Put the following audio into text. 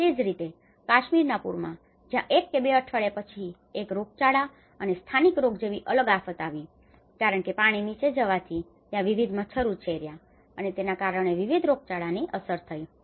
તે જ રીતે કાશ્મીરના પૂરમાં જ્યાં એક કે બે અઠવાડિયા પછી એક રોગચાળા અને સ્થાનિક રોગ જેવી અલગ આફત આવી હતી કારણકે પાણી નીચે જવાથી ત્યાં વિવિધ મચ્છરો ઉછર્યા અને તેના કારણે વિવિધ રોગચાળાની અસર થઈ હતી